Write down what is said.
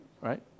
right